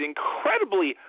incredibly